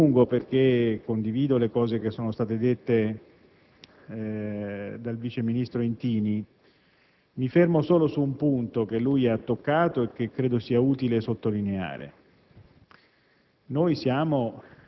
Non mi dilungo perché condivido quanto è stato detto dal vice ministro Intini. Mi soffermo solo su un punto che ha toccato e che credo sia utile sottolineare: